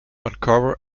uncover